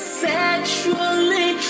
sexually